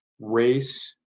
race